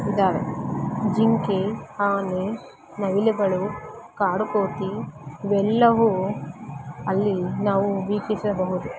ಇದ್ದಾವೆ ಜಿಂಕೆ ಆನೆ ನವಿಲುಗಳು ಕಾಡುಕೋತಿ ಇವೆಲ್ಲವೂ ಅಲ್ಲಿ ನಾವು ವೀಕ್ಷಿಸಬಹುದು